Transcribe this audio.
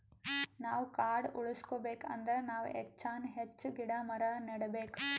ನಾವ್ ಕಾಡ್ ಉಳ್ಸ್ಕೊಬೇಕ್ ಅಂದ್ರ ನಾವ್ ಹೆಚ್ಚಾನ್ ಹೆಚ್ಚ್ ಗಿಡ ಮರ ನೆಡಬೇಕ್